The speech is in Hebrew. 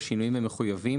בשינויים המחויבים,